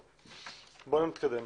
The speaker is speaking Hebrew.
נתקדם.